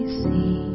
see